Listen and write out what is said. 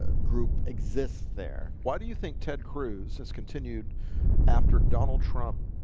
ah group exists there. why do you think ted cruz has continued after donald trump?